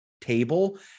table